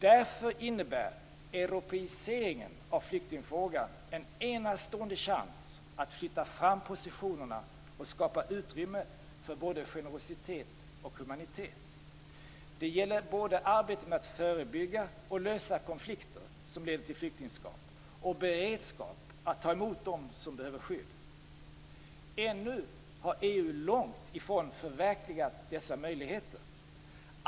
Därför innebär europeiseringen av flyktingfrågan en enastående chans att flytta fram positionerna och skapa utrymme för både generositet och humanitet. Det gäller både arbetet med att förebygga och lösa konflikter som leder till flyktingskap och beredskap att ta emot dem som behöver skydd. Ännu har EU långt ifrån förverkligat dessa möjligheter.